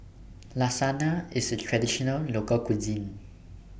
Lasagna IS A Traditional Local Cuisine